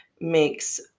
makes